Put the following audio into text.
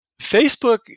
Facebook